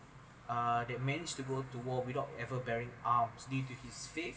uh that means to go to war without ever bearing arms due to his feet